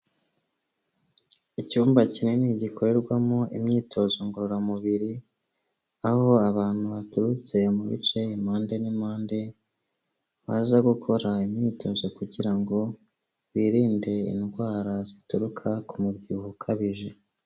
Icyumba kinini gikorerwamo imyitozo ngororamubiri, aho abantu baturutse mu bice, impande n'impande, baza gukora imyitozo kugira ngo birinde indwara zituruka ku mubyibuho ukabije.